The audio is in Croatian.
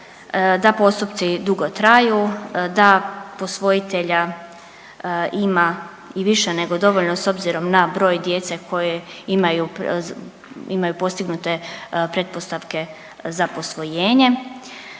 da postupci dugo traju, da posvojitelja ima i više nego dovoljno s obzirom na broj djece koje imaju, imaju postignute pretpostavke za posvojenje.